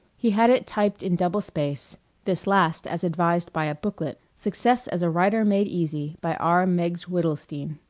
he had it typed in double space this last as advised by a booklet, success as a writer made easy, by r. meggs widdlestien,